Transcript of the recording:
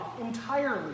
entirely